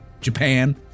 Japan